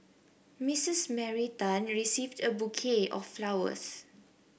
Mistress Mary Tan receiving a bouquet of flowers